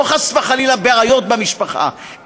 לא חס וחלילה בעיות במשפחה,